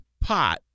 pot